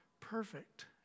perfect